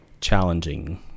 challenging